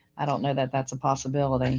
i don't know that that's a possibility.